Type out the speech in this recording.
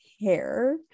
hair